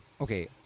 Okay